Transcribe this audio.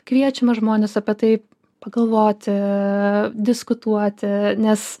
kviečiame žmones apie tai pagalvoti diskutuoti nes